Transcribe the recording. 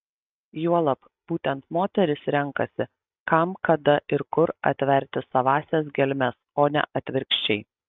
juolab būtent moteris renkasi kam kada ir kur atverti savąsias gelmes o ne atvirkščiai